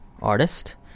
artist